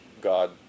God